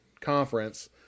conference